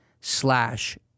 slash